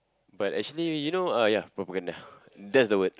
but actually you know uh ya propaganda that's the word